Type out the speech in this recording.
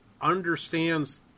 understands